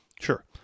Sure